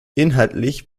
inhaltlich